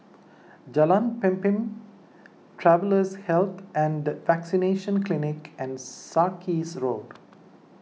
Jalan Pemimpin Travellers' Health and Vaccination Clinic and Sarkies Road